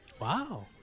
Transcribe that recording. Wow